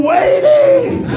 Waiting